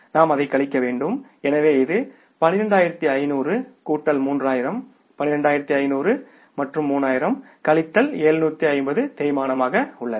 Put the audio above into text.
நாம் அதைக் கழிக்க வேண்டும் எனவே இது 12500 கூட்டல் 3000 12500 மற்றும் கழித்தல் 3000 தேய்மானமாக 750 உள்ளது